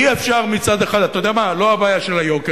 אתה יודע מה, לא הבעיה של היוקר.